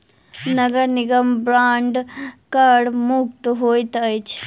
नगर निगम बांड कर मुक्त होइत अछि